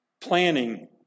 planning